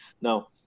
Now